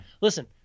Listen